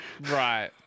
Right